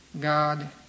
God